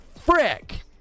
frick